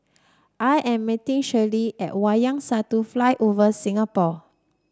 I am meeting Shirleen at Wayang Satu Flyover Singapore